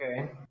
Okay